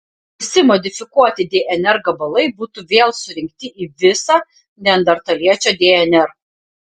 visi modifikuoti dnr gabalai būtų vėl surinkti į visą neandertaliečio dnr